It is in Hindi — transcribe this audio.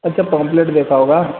सब पेमफ्लेट देखा होगा